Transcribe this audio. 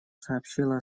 сообщила